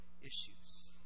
issues